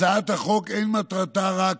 הצעת החוק אין מטרתה רק